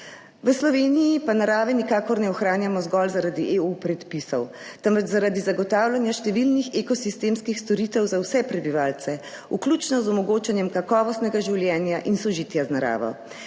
V Sloveniji pa narave nikakor ne ohranjamo zgolj zaradi EU predpisov, temveč zaradi zagotavljanja številnih ekosistemskih storitev za vse prebivalce, vključno z omogočanjem kakovostnega življenja in sožitja z naravo.